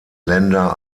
länder